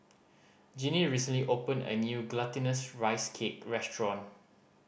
Jinnie recently opened a new Glutinous Rice Cake restaurant